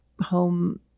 home